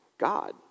God